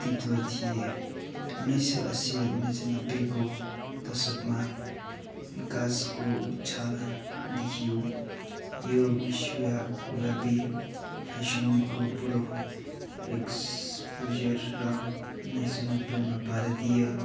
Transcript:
अस्तित्व थिए उन्नाइस सय अस्सी र उन्नाइस सय नब्बेको दशकमा विकासको उच्छाल देखियो यो विश्वव्यापी फेसनको बुढो एक्सपोजर र उन्नाइस सय नब्बेमा भारतीय